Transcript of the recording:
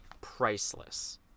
priceless